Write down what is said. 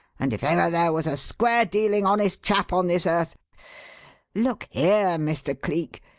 and if ever there was a square-dealing, honest chap on this earth look here, mr. cleek.